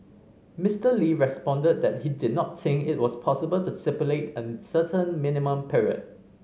Mister Lee responded that he did not think it was possible to stipulate a certain minimum period